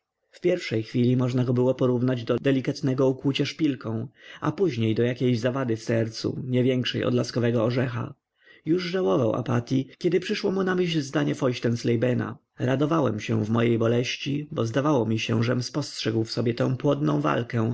w pierwszej chwili można go było porównać do delikatnego ukłucia szpilką a później do jakiejś zawady w sercu nie większej od laskowego orzecha już żałował apatyi kiedy przyszło mu na myśl zdanie feuchterslebena radowałem się w mojej boleści bo zdawało mi się żem spostrzegł w sobie tę płodną walkę